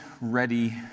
ready